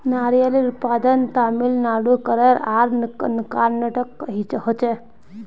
नारियलेर उत्पादन तामिलनाडू केरल आर कर्नाटकोत होछे